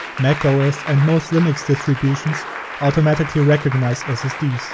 macos and most linux distributions automatically regocnize ssds.